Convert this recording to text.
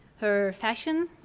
her fashion,